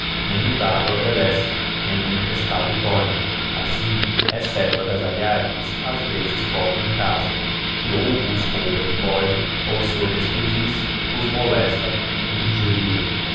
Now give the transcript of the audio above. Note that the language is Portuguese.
nem o dado agradecera nem o emprestado tornão assim he certo agazaliiardes ás vezes em pobre casa que ou vos rouba e foge ou se o despedis vos molesta e injuria